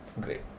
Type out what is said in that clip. Great